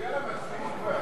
נו, יאללה, מצביעים כבר.